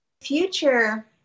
future